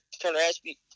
Turner-Ashby